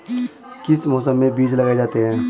किस मौसम में बीज लगाए जाते हैं?